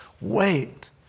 wait